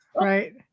right